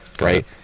Right